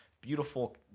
beautiful